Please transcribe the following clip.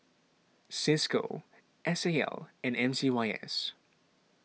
Cisco S A L and M C Y S